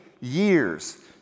years